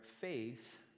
faith